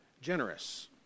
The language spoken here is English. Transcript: generous